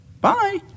Bye